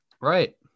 Right